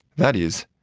that is,